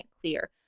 clear